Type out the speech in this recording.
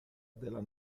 della